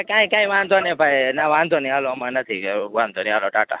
આ કંઈ કંઈ વાંધો નહીં ભાઈ ના વાંધો નહીં હાલો અમારે નથી જરૂર વાંધો નહીં હાલો ટાટા